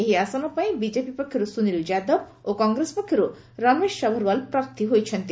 ଏହି ଆସନ ପାଇଁ ବିକେପି ପକ୍ଷରୁ ସୁନିଲ୍ ଯାଦବ ଓ କଂଗ୍ରେସ ପକ୍ଷରୁ ରମେଶ ସଭର୍ୱାଲ୍ ପ୍ରାର୍ଥୀ ହୋଇଛନ୍ତି